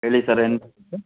ಹೇಳಿ ಸರ್ ಏನು